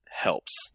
helps